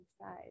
inside